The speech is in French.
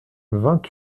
vingt